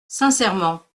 sincèrement